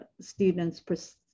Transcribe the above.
students